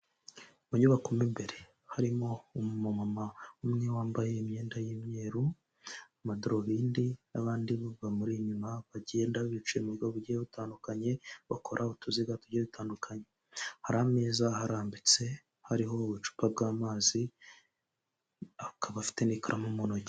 Mu nyubako mo imbere, harimo umumama umwe wambaye imyenda y'imyeru, amadarubindi n'abandi bamuri inyuma, bagenda bicye mu buryo bugiye butandukanye, bakora utuziga tugie dutandukanye, hari ameza aharambitse, hariho ubucupa bw'amazi, akaba afite n'ikaramu mu ntoki.